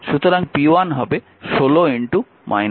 সুতরাং p1 হবে 16